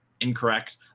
incorrect